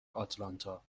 آتلانتا